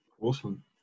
Awesome